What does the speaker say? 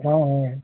हाँ हैं